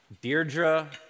Deirdre